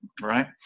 right